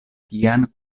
tian